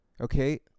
okay